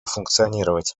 функционировать